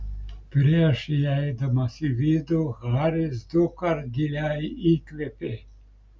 prieš įeidamas į vidų haris dukart giliai įkvėpė